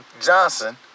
Johnson